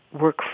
work